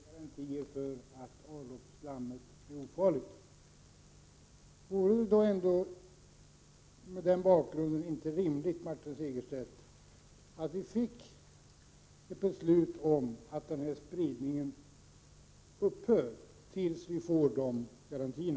Herr talman! Martin Segerstedt säger att han för sin del inte kan ge fullständiga garantier för att avloppsslammet är ofarligt. Vore det inte mot den bakgrunden, Martin Segerstedt, rimligt att vi fick ett beslut om att denna spridning skall upphöra tills vi får dessa garantier?